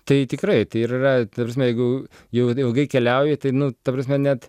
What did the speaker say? tai tikrai tai yra ta prasme jeigu jau jau ilgai keliauji tai nu ta prasme net